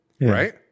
right